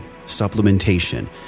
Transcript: supplementation